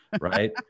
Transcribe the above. Right